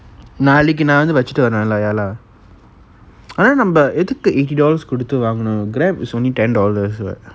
நாளைக்கி நா வந்து வச்சிட்டி வாறன்:nalaikki na vanthu vachitti varan ya lah ஆனா நம்ப எதுக்கு:aana namba ethukku eighty dollars குடுத்து வாங்கனும்:kuduthu vanganum grab is only ten dollars [what]